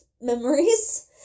memories